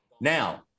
Now